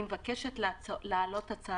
אני מבקשת להעלות הצעה לסדר